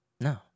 No